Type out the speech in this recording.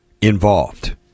involved